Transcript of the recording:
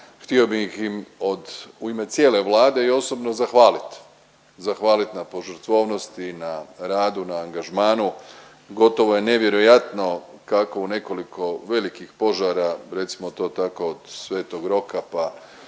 Htio bih im od, u ime cijele Vlade i osobno, zahvaliti. Zahvaliti na požrtvovnosti, na radu, na angažmanu, gotovo je nevjerojatno kako u nekoliko velikih požara, recimo to tako, od Sv. Roka pa